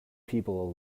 people